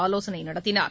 ஆலோசனை நடத்தினார்